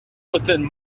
within